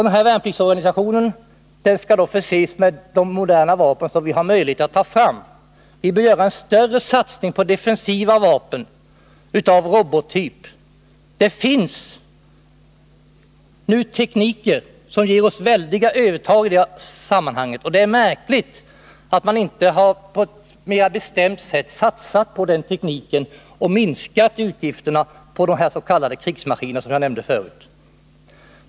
Den här värnpliktsorganisationen skall då förses med de moderna vapen som vi har möjlighet att ta fram. Vi bör göra en större satsning på defensiva vapen av robottyp. Det finns nu tekniker som ger oss ett väldigt övertag i dessa sammanhang. Det är märkligt att man inte på ett mera bestämt sätt har satsat på den tekniken och minskat utgifterna för de s.k. krigsmaskinerna, som jag nämnde förut.